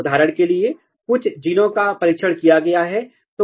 उदाहरण के लिए कुछ जीनों का परीक्षण यहां किया गया है